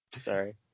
Sorry